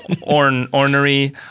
ornery